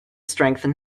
strengthen